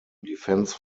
defence